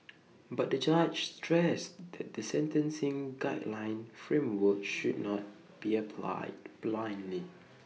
but the judge stressed that the sentencing guideline framework should not be applied blindly